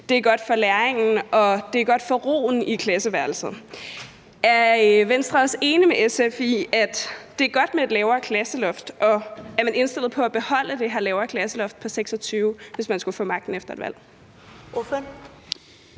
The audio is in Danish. det er godt for læringen, og det er godt for roen i klasseværelset. Er Venstre enig med SF i, at det er godt med et lavere klasseloft, og er man indstillet på at beholde det her lavere klasseloft på 26, hvis man skulle få magten efter et valg?